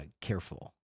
careful